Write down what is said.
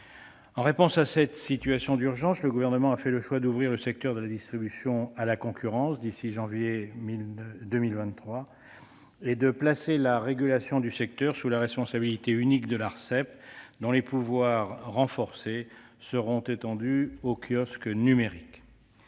En réponse à cette situation d'urgence, le Gouvernement a fait le choix d'ouvrir le secteur de la distribution à la concurrence à l'échéance de janvier 2023 et de placer la régulation du secteur sous la responsabilité unique de l'Arcep, dont les pouvoirs, renforcés, seront étendus aux kiosques numériques.